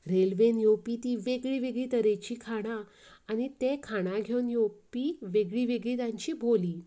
रेल्वेन येवपी ती वेगळीं वेगळीं तरेची खाणां आनी ते खाणां घेवन येवपी वेगळी वेगळी तांची बोली